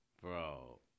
Bro